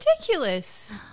ridiculous